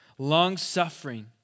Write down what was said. Long-suffering